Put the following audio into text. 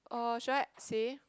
or should I say